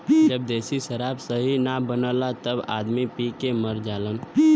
जब देशी शराब सही न बनला तब आदमी पी के मर जालन